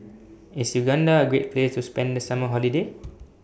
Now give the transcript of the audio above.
IS Uganda A Great Place to spend The Summer Holiday